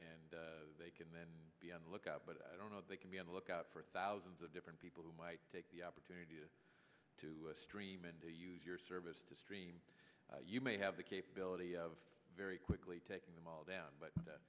and they can then be on the lookout but i don't know they can be on the lookout for thousands of different people who might take the opportunity to stream and to use your service to stream you may have the capability of very quickly taking them all down but